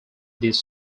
these